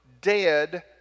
dead